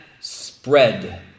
spread